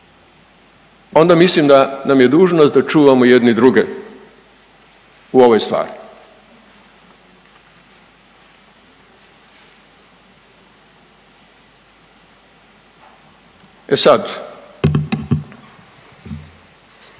onda mislim da nam je dužnost da čuvamo jedni druge u ovoj stvari. E sad,